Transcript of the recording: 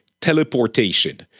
teleportation